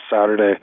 Saturday